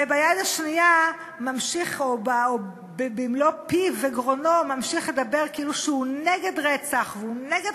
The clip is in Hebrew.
וביד השנייה ממשיך במלוא פיו וגרונו לדבר כאילו שהוא נגד רצח והוא נגד